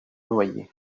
noyés